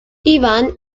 iban